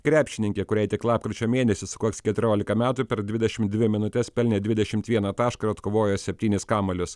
krepšininkė kuriai tik lapkričio mėnesį sukaks keturiolika metų per dvidešimt dvi minutes pelnė dvidešimt vieną tašką ir atkovojo septynis kamuolius